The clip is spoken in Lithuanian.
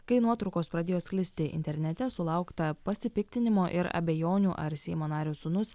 kai nuotraukos pradėjo sklisti internete sulaukta pasipiktinimo ir abejonių ar seimo nario sūnus